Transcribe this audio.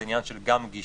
זה עניין גם של גישה,